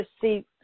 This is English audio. see